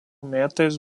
metais